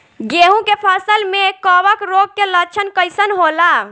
गेहूं के फसल में कवक रोग के लक्षण कइसन होला?